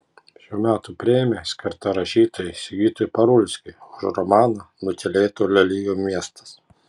šių metų premija skirta rašytojui sigitui parulskiui už romaną nutylėtų lelijų miestas